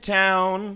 town